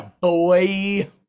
boy